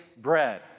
bread